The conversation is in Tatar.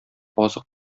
азык